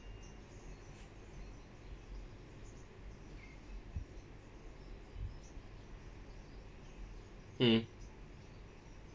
mm